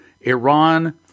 Iran